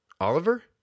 Oliver